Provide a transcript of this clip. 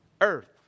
earth